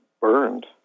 burned